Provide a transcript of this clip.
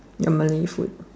your Malay food